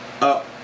up